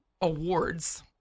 awards